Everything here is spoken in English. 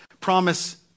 promise